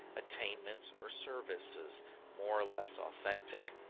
attainments or services more or less authentic.